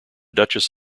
duchess